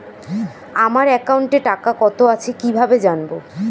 আমার একাউন্টে টাকা কত আছে কি ভাবে জানবো?